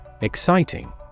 Exciting